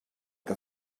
que